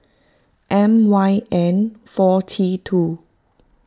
M Y N four T two